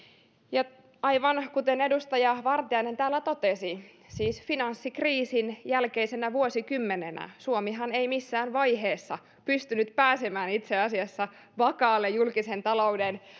ja aivan kuten edustaja vartiainen täällä totesi finanssikriisin jälkeisenä vuosikymmenenähän suomi ei missään vaiheessa pystynyt pääsemään itse asiassa vakaalle julkisen talouden